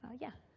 ah yeah.